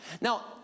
Now